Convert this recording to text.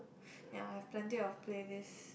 ya I have plenty of playlist